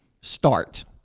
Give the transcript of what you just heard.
start